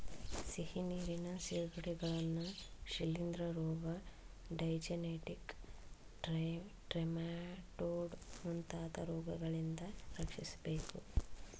ಸಿಹಿನೀರಿನ ಸಿಗಡಿಗಳನ್ನು ಶಿಲಿಂದ್ರ ರೋಗ, ಡೈಜೆನೆಟಿಕ್ ಟ್ರೆಮಾಟೊಡ್ ಮುಂತಾದ ರೋಗಗಳಿಂದ ರಕ್ಷಿಸಬೇಕು